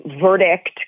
verdict